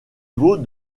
vaut